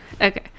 okay